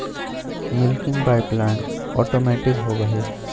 milking pipeline automatic होबा हई